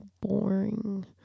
boring